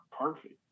perfect